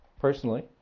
personally